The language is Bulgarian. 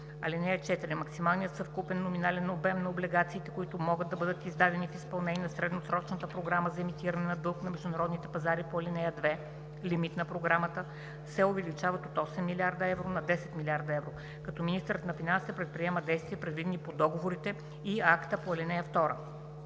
ал. 4: „(4) Максималният съвкупен номинален обем на облигациите, които могат да бъдат издадени в изпълнение на средносрочната програма за емитиране на дълг на международните пазари по ал. 2 (лимит на програмата) се увеличава от 8 000 000 000 евро на 10 000 000 000 евро, като министърът на финансите предприема действията, предвидени в договорите и акта по ал. 2.“